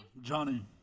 Johnny